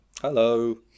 Hello